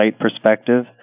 perspective